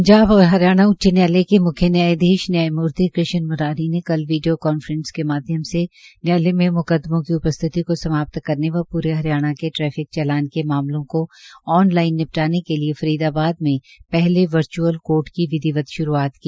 Punjab and Haryana उच्च न्यायालय के म्ख्य न्यायाधीश न्यायमूर्ति कृष्ण म्रारी ने कल वीडियो कांफ्रेंस के माध्यम से न्यायालय में मुकदमों की उपस्थिति को समाप्त करने व पूरे हरियाणा के ट्रैफिक चालान के मामलों को ऑनलाइन निपटाने के लिए फरीदाबाद में पहले वर्च्अल कोर्ट की विधिवत श्रुआत की